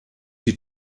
die